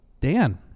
dan